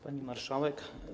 Pani Marszałek!